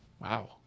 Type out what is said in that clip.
Wow